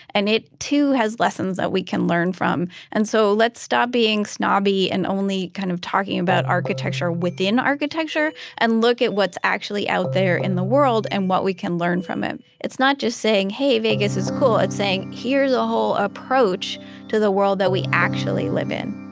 and it too has lessons that we can learn from. and so let's stop being snobby and only kind of talking about architecture within architecture and look at what's actually out there in the world and what we can learn from it. it's not just saying, hey, vegas is cool. it's saying, here's a whole approach to the world that we actually live in.